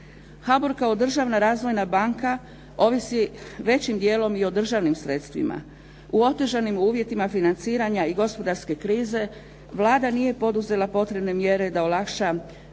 HABOR kao državna razvojna banka, ovisi većim dijelom i o državnim sredstvima. U otežanim uvjetima financiranja i gospodarske krize Vlada nije poduzela potrebne mjere da olakša